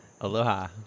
aloha